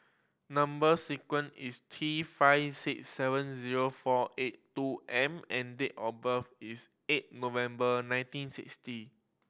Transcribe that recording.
number sequence is T five six seven zero four eight two M and date of birth is eight November nineteen sixty